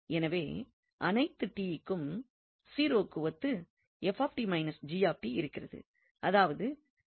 எனவே அனைத்து க்கும் 0 க்கு ஒத்து இருக்கிறது அதாவது அனைத்து க்கும்